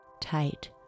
Tight